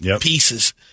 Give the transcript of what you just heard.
pieces